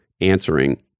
answering